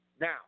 Now